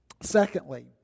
Secondly